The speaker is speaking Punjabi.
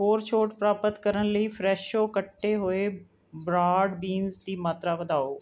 ਹੋਰ ਛੋਟ ਪ੍ਰਾਪਤ ਕਰਨ ਲਈ ਫਰੈਸ਼ੋ ਕੱਟੇ ਹੋਏ ਬਰਾਡ ਬੀਨਸ ਦੀ ਮਾਤਰਾ ਵਧਾਓ